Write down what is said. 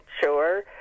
sure